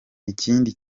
ikindi